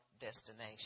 destination